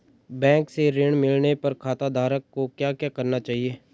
Bank से ऋण मिलने पर खाताधारक को क्या करना चाहिए?